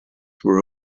were